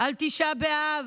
על תשעה באב,